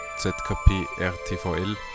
ZKP-RTVL